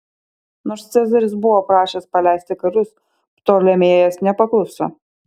nors cezaris buvo prašęs paleisti karius ptolemėjas nepakluso